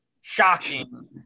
Shocking